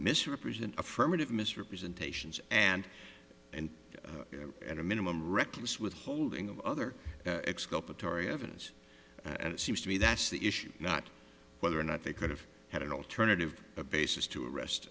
misrepresent affirmative misrepresentations and and at a minimum reckless withholding of other exculpatory evidence and it seems to me that's the issue not whether or not they could have had an alternative a basis to arrest